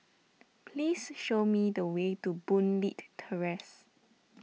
please show me the way to Boon Leat Terrace